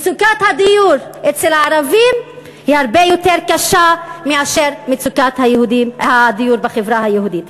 מצוקת הדיור אצל הערבים הרבה יותר קשה מאשר מצוקת הדיור בחברה היהודית.